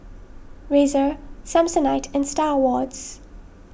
Razer Samsonite and Star Awards